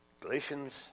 Galatians